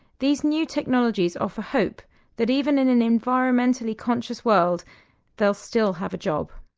these new technologies offer hope that even in an environmentally conscious world they'll still have a job.